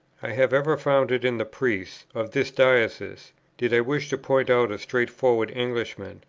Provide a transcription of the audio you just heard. i have ever found it in the priests of this diocese did i wish to point out a straightforward englishman,